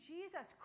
Jesus